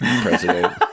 president